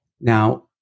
Now